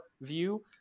view